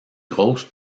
grosse